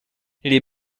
les